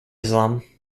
islam